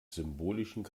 symbolischen